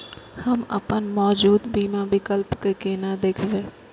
हम अपन मौजूद बीमा विकल्प के केना देखब?